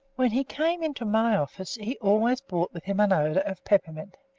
when he came into my office, he always brought with him an odour of peppermint,